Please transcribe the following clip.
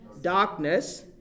Darkness